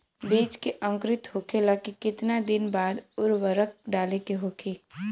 बिज के अंकुरित होखेला के कितना दिन बाद उर्वरक डाले के होखि?